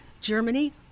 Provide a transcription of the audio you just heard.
Germany